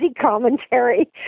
commentary